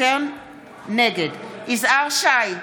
נגד יזהר שי,